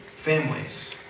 families